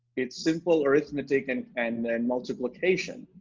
it's simple arithmetic and and multiplication.